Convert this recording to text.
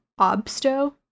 obsto